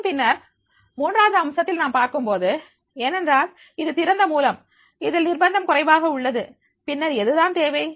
மற்றும் பின்னர் மூன்றாவது அம்சத்தில் நாம் பார்க்கும்போது ஏனென்றால் இது திறந்த மூலம் இதில் நிர்பந்தம் குறைவாக உள்ளது பின்னர் எது தான் தேவை